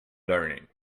learning